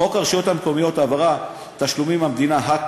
חוק הרשויות המקומיות (העברת תשלומים מהמדינה),